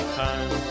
time